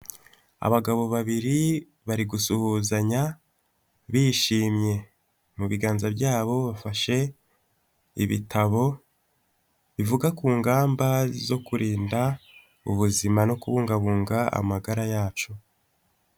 Abagabo babiri bari gusuhuzanya bishimye mu biganza byabo bafashe ibitabo bivuga ku ngamba zo kurinda ubuzima no kubungabunga amagara yacu.